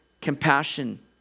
compassion